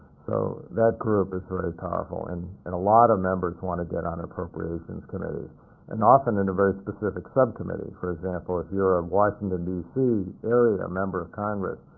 so that group is very powerful, and and a lot of members want to get on appropriations committees and often in a very specific subcommittee. for example, if you're a washington, d c. area member of congress,